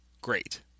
great